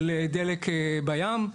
של דלק בים.